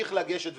ימשיך לגשת ולעבוד,